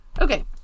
Okay